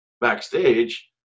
backstage